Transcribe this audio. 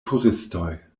turistoj